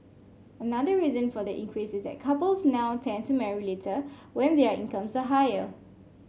another reason for the increase is that couples now tend to marry later when their incomes are higher